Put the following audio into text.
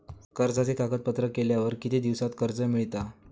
कर्जाचे कागदपत्र केल्यावर किती दिवसात कर्ज मिळता?